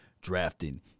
drafting